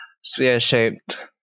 sphere-shaped